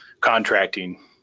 contracting